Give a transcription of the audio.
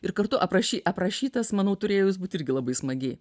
ir kartu aprašy aprašytas manau turėjo jis būti irgi labai smagiai